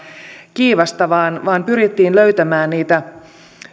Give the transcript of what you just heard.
kiivasta vaan vaan pyrittiin löytämään niitä